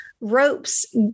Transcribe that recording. ropes